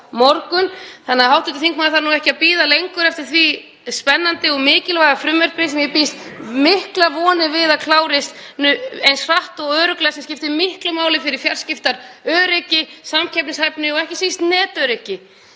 þannig að hv. þingmaður þarf ekki að bíða lengur eftir því spennandi og mikilvæga frumvarpi sem ég bind miklar vonir við að klárist hratt og örugglega, sem skiptir miklu máli fyrir fjarskiptaöryggi, samkeppnishæfni og ekki síst netöryggi.